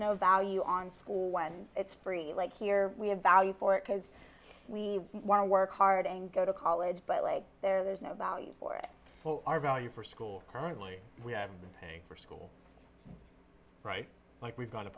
no value on school when it's free like here we have value for it because we want to work hard and go to college but there's no value for it for our value for school currently we have been paying for school like we've gone to